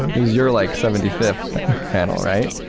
it was your like seventy fifth panel, right?